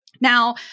Now